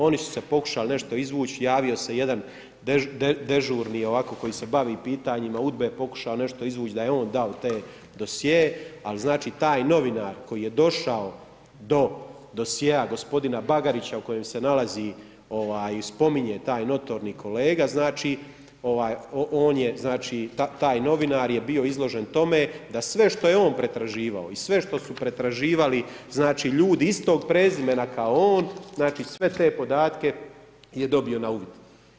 Oni su se pokušali nešto izvući, javio se jedan dežurni, koji se bavi pitanjima UDBA-e, pokušao nešto izvući, da je on dao te dosjee, ali znači, tja novinar koji je došao do dosjea, gospodina Bagarića o kojem se nalazi i spominje taj notorni kolega, znači, on je znači, taj novinar je bio izložen tome, da sve što je on pretraživao i sve što su pretraživali, znači ljudi istog prezimena kao on, znači sve te podatke je dobio na uvid.